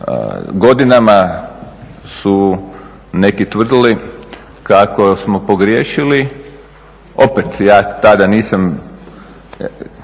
Godinama su neki tvrdili kako smo pogriješili. Opet ja tada nisam,